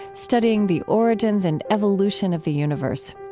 studying the origins and evolution of the universe.